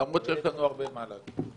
למרות שיש לנו הרבה מה להגיד.